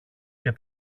και